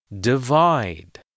Divide